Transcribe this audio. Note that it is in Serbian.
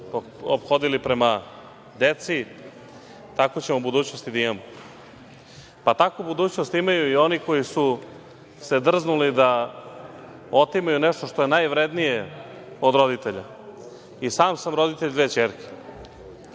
ophodili pre deci, takvu ćemo budućnost da imamo. Takvu budućnost imaju i oni koji su se drznuli da otimaju nešto što je najvrednije od roditelja. I sam sam roditelj dve ćerke